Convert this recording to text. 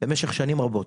במשך שנים רבות.